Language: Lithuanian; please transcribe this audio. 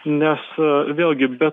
nes vėlgi be